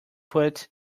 put